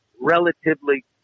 relatively